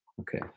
Okay